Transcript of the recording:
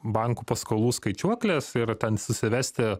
bankų paskolų skaičiuokles ir ten susivesti